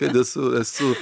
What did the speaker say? kad esu esu